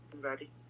Ready